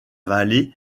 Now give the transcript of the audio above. vallée